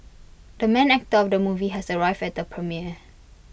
the main actor of the movie has arrived at the premiere